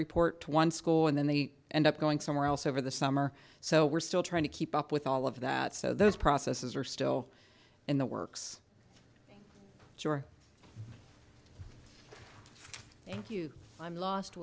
report to one school and then they end up going somewhere else over the summer so we're still trying to keep up with all of that so those processes are still in the works sure thank you i'm lost